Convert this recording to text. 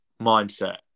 mindset